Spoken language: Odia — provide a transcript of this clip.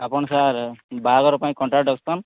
ଆପଣ ସାର୍ ବାହାଘର ପାଇଁ କଣ୍ଟାକ୍ଟ ରଖୁଛନ୍